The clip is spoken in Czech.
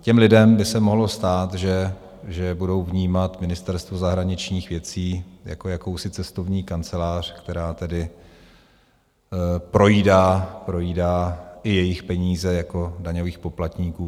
Těm lidem by se mohlo stát, že budou vnímat Ministerstvo zahraničních věcí jako jakousi cestovní kancelář, která projídá i jejich peníze jako daňových poplatníků.